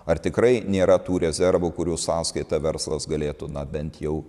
ar tikrai nėra tų rezervų kurių sąskaita verslas galėtų na bent jau